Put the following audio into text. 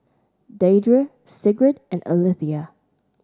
Deidre Sigrid and Alethea